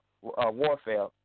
warfare